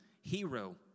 hero